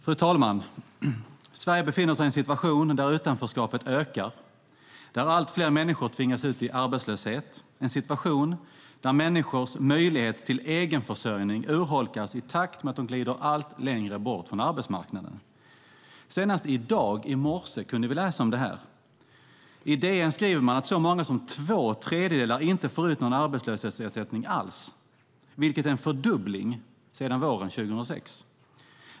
Fru talman! Sverige befinner sig i en situation där utanförskapet ökar och där allt fler människor tvingas ut i arbetslöshet. Det är en situation där människors möjlighet till egenförsörjning urholkas i takt med att de glider allt längre bort från arbetsmarknaden. Senast i morse kunde vi läsa om detta. I DN skriver man att så många som två tredjedelar inte får ut någon arbetslöshetsersättning alls, vilket är en fördubbling sedan våren 2006.